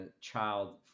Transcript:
child